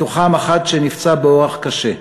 בתוכם אחד שנפצע באורח קשה.